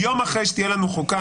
יום אחרי שתהיה לנו חוקה,